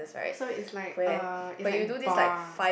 so it's like uh it's like bar